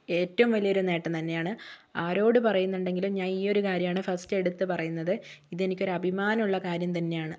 ഏറ്റവും വലിയൊരു നേട്ടം തന്നെയാണ് ആരോട് പറയുന്നുണ്ടെങ്കിലും ഞാൻ ഈ ഒരു കാര്യമാണ് ഫസ്റ്റ് എടുത്തു പറയുന്നത് ഇതെനിക്ക് ഒരു അഭിമാനം ഉള്ള കാര്യം തന്നെയാണ്